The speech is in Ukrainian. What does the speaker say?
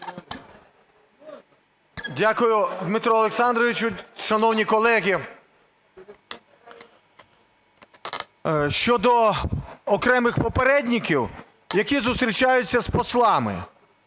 Дякую, Дмитре Олександровичу. Шановні колеги, щодо окремих "попєредників", які зустрічаються з послами.